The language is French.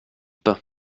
pas